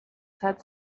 said